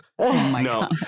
No